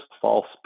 false